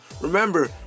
Remember